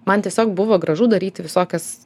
man tiesiog buvo gražu daryti visokias